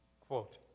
Quote